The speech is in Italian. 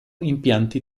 impianti